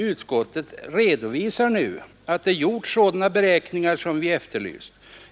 Utskottet redovisar nu att det gjorts sådana beräkningar som vi efterlyst.